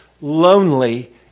lonely